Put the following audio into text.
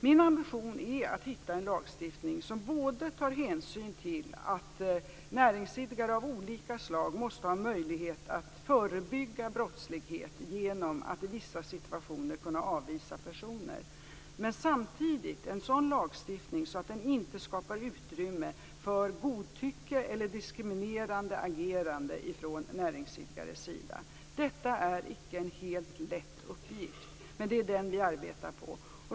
Min ambition är att hitta en lagstiftning som tar hänsyn till att näringsidkare av olika slag måste ha möjlighet att förebygga brottslighet genom att i vissa situationer kunna avvisa personer, men samtidigt en lagstiftning som inte skapar utrymme för godtycke eller diskriminerande agerande från näringsidkares sida. Detta är icke en helt lätt uppgift, men det är den vi arbetar på.